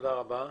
תודה רבה.